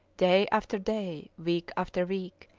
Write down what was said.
day after day, week after week,